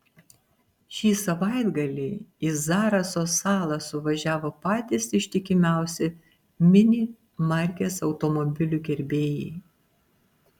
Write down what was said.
šį savaitgalį į zaraso salą suvažiavo patys ištikimiausi mini markės automobilių gerbėjai